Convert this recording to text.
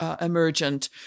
emergent